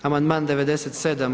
Amandman 97.